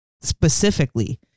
specifically